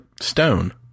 stone